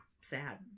sad